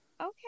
Okay